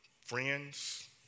friends